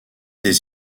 des